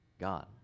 God